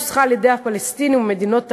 נוסחה על-ידי הפלסטינים ומדינות ערב.